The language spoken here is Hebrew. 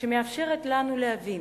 שמאפשרת לנו להבין,